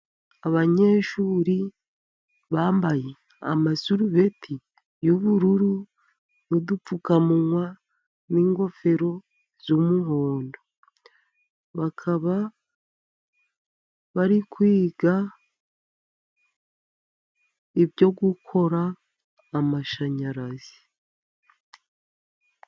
Abanyeshuri bambaye amasarubeti y'ubururu n'udupfukamunwa n'ingofero z'umuhondo. Bakaba bari kwiga ibyo gukora amashanyarazi.